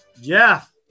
Jeff